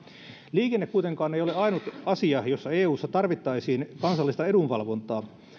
liikenne kuitenkaan ei ole ainut asia jossa eussa tarvittaisiin kansallista edunvalvontaa